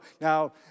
now